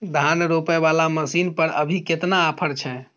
धान रोपय वाला मसीन पर अभी केतना ऑफर छै?